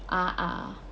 ah ah